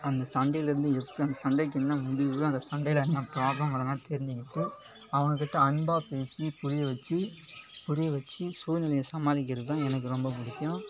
அந்த சண்டையிலேருந்து அந்த சண்டைக்கு என்ன முடிவு அந்த சண்டையில் என்ன ப்ராப்லம் அதெலாம் தெரிஞ்சுக்கிட்டு அவங்க கிட்டே அன்பாக பேசி புரிய வச்சு புரிய வச்சு சூழ்நிலைய சமாளிக்கிறது தான் எனக்கு ரொம்ப பிடிக்கும்